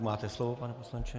Máte slovo, pane poslanče.